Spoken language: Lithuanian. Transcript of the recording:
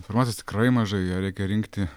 informacijos tikrai mažai ją reikia rinkti